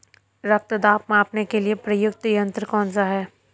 रक्त दाब मापने के लिए प्रयुक्त यंत्र कौन सा है?